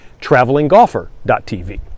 travelinggolfer.tv